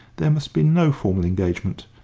there must be no formal engagement.